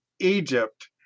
Egypt